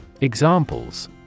Examples